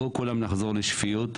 בואו כולם נחזור לשפיות.